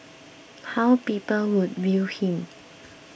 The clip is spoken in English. how people would view him